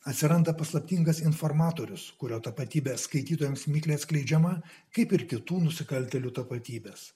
atsiranda paslaptingas informatorius kurio tapatybė skaitytojams mikliai atskleidžiama kaip ir kitų nusikaltėlių tapatybes